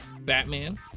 Batman